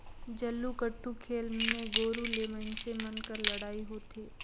जल्लीकट्टू खेल मे गोरू ले मइनसे मन कर लड़ई होथे